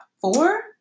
four